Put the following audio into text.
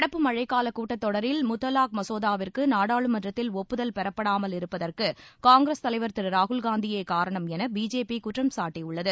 நடப்பு மழைக்கால கூட்டத்தொடரில் முத்தலாக மசோதாவிற்கு நாடாளுமன்றத்தில் ஒப்புதல் பெறப்படாமல் இருப்பதற்கு காங்கிரஸ் தலைவர் திரு ராகுல் காந்தியே காரணம் என பிஜேபி குற்றம்சாட்டியுள்ளது